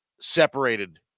separated